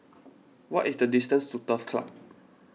what is the distance to Turf Club